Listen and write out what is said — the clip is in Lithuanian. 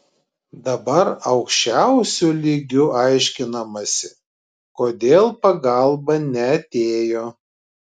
dabar aukščiausiu lygiu aiškinamasi kodėl pagalba neatėjo